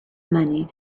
money